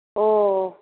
ओ